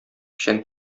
печән